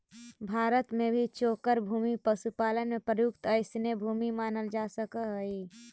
भारत में भी गोचर भूमि पशुपालन में प्रयुक्त अइसने भूमि मानल जा सकऽ हइ